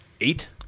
eight